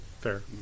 Fair